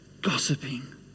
gossiping